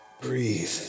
Breathe